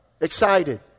excited